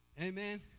Amen